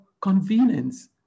convenience